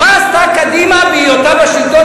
מה עשתה קדימה בהיותה בשלטון,